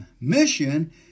mission